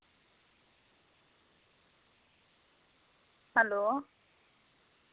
hello